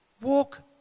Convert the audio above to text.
Walk